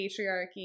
patriarchy